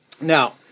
now